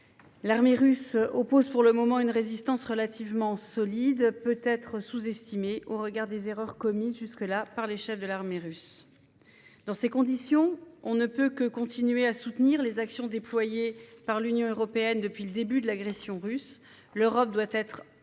L'armée russe oppose pour le moment une résistance relativement solide- peut-être avait-elle été sous-estimée au regard des erreurs commises jusqu'alors par ses chefs. Dans ces conditions, on ne peut que continuer à soutenir les actions déployées par l'Union européenne depuis le début de l'agression russe. L'Europe doit en effet